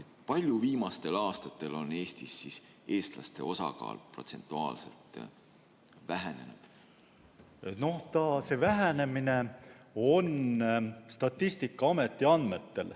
palju viimastel aastatel on Eestis eestlaste osakaal protsentuaalselt vähenenud? See vähenemine on Statistikaameti andmetel